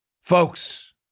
Folks